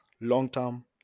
long-term